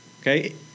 Okay